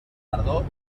tardor